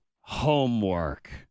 homework